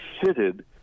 fitted